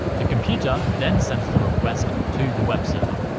the computer then sends the request to the webserver.